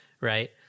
right